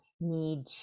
need